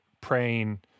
praying